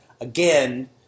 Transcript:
again